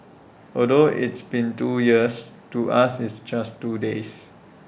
although it's been two years to us it's just two days